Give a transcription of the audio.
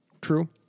True